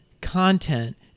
content